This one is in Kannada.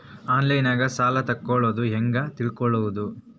ಆನ್ಲೈನಾಗ ಸಾಲ ತಗೊಳ್ಳೋದು ಹ್ಯಾಂಗ್ ತಿಳಕೊಳ್ಳುವುದು?